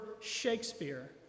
Shakespeare